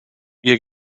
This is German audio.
ihr